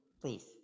please